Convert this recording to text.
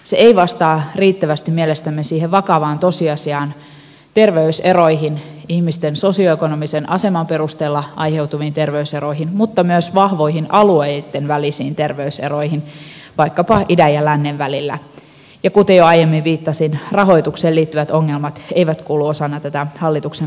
se ei vastaa riittävästi mielestämme siihen vakavaan tosiasiaan terveyseroihin ihmisten sosioekonomisen aseman perusteella aiheutuviin terveyseroihin mutta ei myöskään vahvoihin alueitten välisiin terveyseroihin vaikkapa idän ja lännen välillä ja kuten jo aiemmin viittasin rahoitukseen liittyvät ongelmat eivät kuulu osana tähän hallituksen kokonaisesitykseen